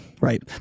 right